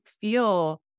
feel